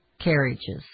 carriages